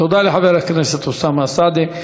תודה לחבר הכנסת אוסאמה סעדי.